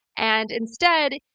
and instead,